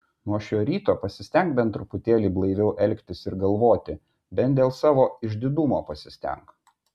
nuo šio ryto pasistenk bent truputėlį blaiviau elgtis ir galvoti bent dėl savo išdidumo pasistenk